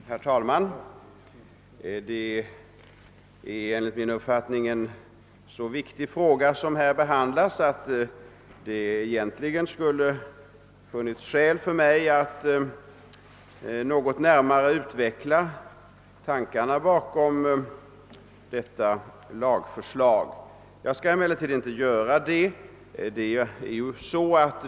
Herr talman! Detta är enligt min uppfattning en så viktig fråga, att det egentligen skulle ha funnits skäl för mig att något närmare utveckla tankarna bakom detta lagförslag. Jag skall emellertid inte göra det.